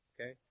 Okay